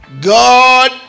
God